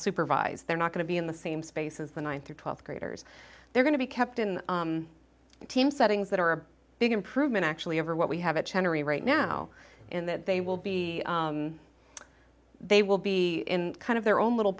supervised they're not going to be in the same space as the one through twelfth graders they're going to be kept in team settings that are a big improvement actually over what we have a chance right now in that they will be they will be in kind of their own little